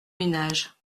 ménages